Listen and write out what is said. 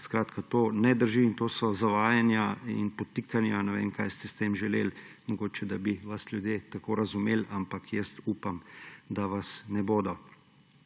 naprej. To ne drži in to so zavajanja in podtikanja, ne vem, kaj ste s tem želeli. Mogoče, da bi vas ljudje tako razumeli, ampak jaz upam, da vas ne bodo.